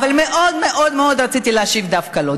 מאוד רציתי להשיב דווקא לו.